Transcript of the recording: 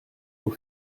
aux